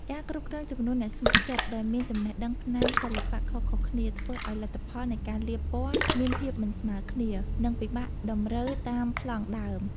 ការគ្រប់គ្រងចំនួនអ្នកស្ម័គ្រចិត្តដែលមានចំណេះដឹងផ្នែកសិល្បៈខុសៗគ្នា ធ្វើឱ្យលទ្ធផលនៃការលាបពណ៌មានភាពមិនស្មើគ្នា និងពិបាកតម្រូវតាមប្លង់ដើម។